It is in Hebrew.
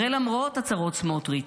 הרי למרות הצהרות סמוטריץ',